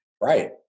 Right